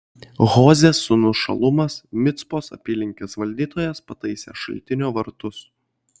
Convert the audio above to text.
hozės sūnus šalumas micpos apylinkės valdytojas pataisė šaltinio vartus